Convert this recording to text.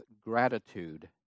gratitude